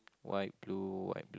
white blue white blue